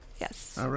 yes